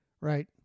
Right